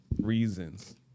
reasons